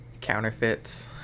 counterfeits